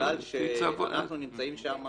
בגלל שאנחנו נמצאים שם